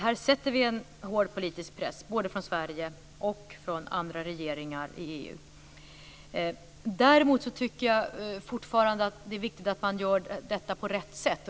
Här sätter vi en hård politisk press både från Sverige och från andra regeringar i EU. Däremot tycker jag fortfarande att det är viktigt att göra detta på rätt sätt.